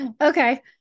Okay